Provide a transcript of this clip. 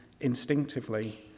instinctively